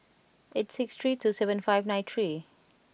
eight six three two seven five nine three